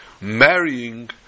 marrying